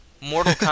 Mortal